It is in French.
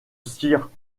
sire